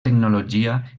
tecnologia